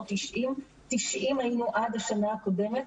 לא 90. 90 היינו עד השנה הקודמת.